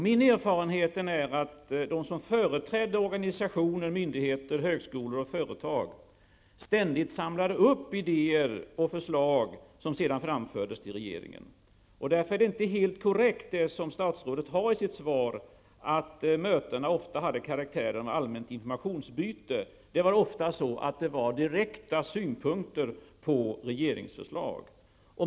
Min erfarenhet är att de som företräder organisationer, myndigheter, högskolor och företag ständigt har samlat upp idéer och förslag som sedan framförts till regeringen. Därför är det inte helt korrekt när statsrådet i sitt svar säger att mötena ofta har haft karaktär av allmänt informationsutbyte. Det var ofta fråga om direkta synpunkter på regeringsförslag.